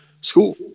school